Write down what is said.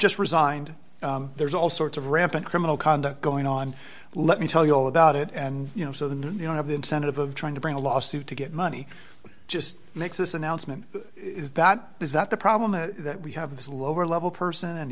just resigned there's all sorts of rampant criminal conduct going on let me tell you all about it and you know so the new you know have the incentive of trying to bring a lawsuit to get money just makes this announcement is that is that the problem is that we have this lower level person and